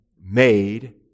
made